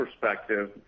perspective